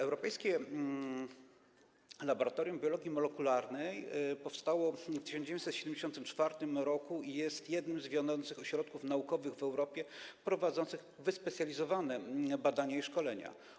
Europejskie Laboratorium Biologii Molekularnej powstało w 1974 r. i jest jednym z wiodących ośrodków naukowych w Europie prowadzącym wyspecjalizowane badania i szkolenia.